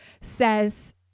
says